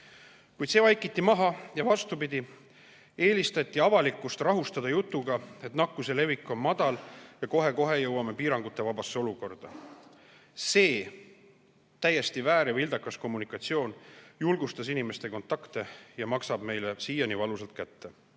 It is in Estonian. Kuid see vaikiti maha, vastupidi, eelistati avalikkust rahustada jutuga, et nakkuse levik on madal ja kohe-kohe jõuame piirangutevabasse olukorda. See täiesti väär ja vildakas kommunikatsioon julgustas inimeste kontakte ja maksab meile siiani valusalt kätte.